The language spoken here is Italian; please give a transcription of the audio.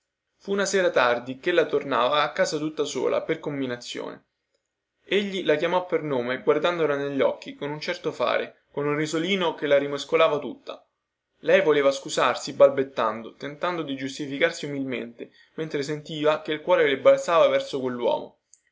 fu una sera tardi che ella tornava a casa tutta sola per combinazione egli la chiamò per nome guardandola negli occhi con un certo fare con un risolino che la rimescolava tutta lei voleva scusarsi balbettando tentando di giustificarsi umilmente mentre sentiva che il cuore le balzava verso quelluomo